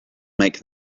make